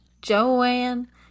Joanne